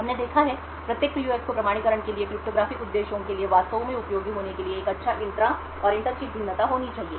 हमने देखा है कि प्रत्येक PUF को प्रमाणीकरण के लिए क्रिप्टोग्राफ़िक उद्देश्यों के लिए वास्तव में उपयोगी होने के लिए एक अच्छा इंट्रा और इंटर चिप भिन्नता होनी चाहिए